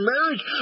marriage